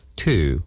two